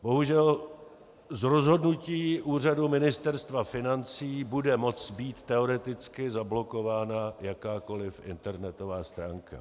Bohužel z rozhodnutí úřadu Ministerstva financí bude moct být teoreticky zablokována jakákoliv internetová stránka.